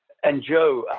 and joe,